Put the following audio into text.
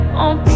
on